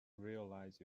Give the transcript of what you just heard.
realize